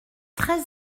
très